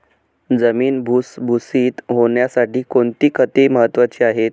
जमीन भुसभुशीत होण्यासाठी कोणती खते महत्वाची आहेत?